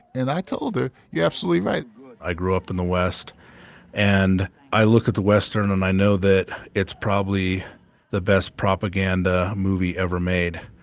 and i told her you're absolutely right i grew up in the west and i look at the western and i know that it's probably the best propaganda movie ever made.